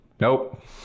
Nope